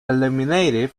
eliminated